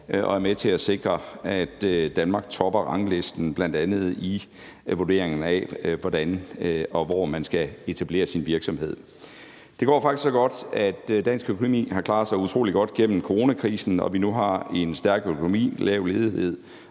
og er med til at sikre, at Danmark topper ranglisten, bl.a. i vurderingen af, hvordan og hvor man skal etablere sin virksomhed. Det går faktisk så godt, at dansk økonomi har klaret sig utrolig godt gennem coronakrisen og vi nu har en stærk økonomi, lav ledighed